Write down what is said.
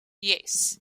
yes